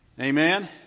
Amen